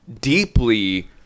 deeply